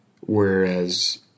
Whereas